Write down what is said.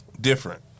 different